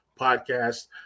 podcast